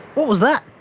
what was that?